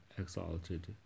exalted